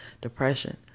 depression